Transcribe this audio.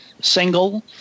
single